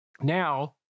Now